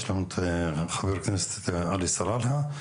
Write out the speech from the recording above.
יש לנו את חבר הכנסת עלי סלאלחה,